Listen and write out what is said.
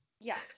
Yes